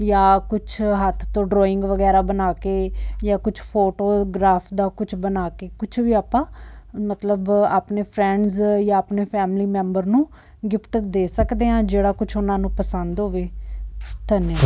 ਜਾਂ ਕੁਛ ਹੱਥ ਤੋਂ ਡਰਾਇੰਗ ਵਗੈਰਾ ਬਣਾ ਕੇ ਜਾਂ ਕੁਛ ਫੋਟੋਗਰਾਫ ਦਾ ਕੁਝ ਬਣਾ ਕੇ ਕੁਛ ਵੀ ਆਪਾਂ ਮਤਲਬ ਆਪਣੇ ਫਰੈਂਡਸ ਜਾਂ ਆਪਣੇ ਫੈਮਲੀ ਮੈਂਬਰ ਨੂੰ ਗਿਫਟ ਦੇ ਸਕਦੇ ਹਾਂ ਜਿਹੜਾ ਕੁਛ ਉਹਨਾਂ ਨੂੰ ਪਸੰਦ ਹੋਵੇ ਧੰਨਵਾਦ